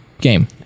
game